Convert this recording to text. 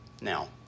Now